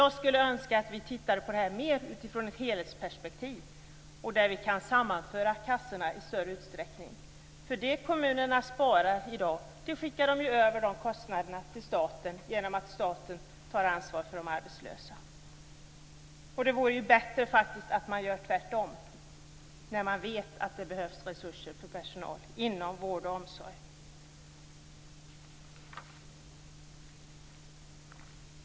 Jag skulle önska att vi mera tittade på detta i ett helhetsperspektiv, där vi i större utsträckning kunde sammanföra kassorna. Vad kommunerna i dag sparar blir ju kostnader som skickas över till staten genom att staten tar ansvar för de arbetslösa. Det vore faktiskt bättre att göra tvärtom när man vet att det behövs resurser för personal inom vård och omsorg.